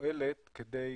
פועלת כדי